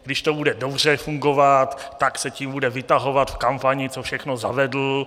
Když to bude dobře fungovat, tak se tím bude vytahovat v kampani, co všechno zavedl.